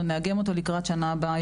אנחנו נאגם אותו לקראת שנה הבאה,